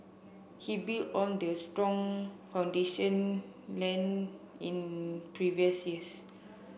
he built on the strong foundation laid in previous years